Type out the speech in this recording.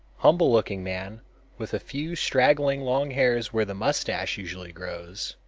humble-looking man with a few straggling long hairs where the mustache usually grows,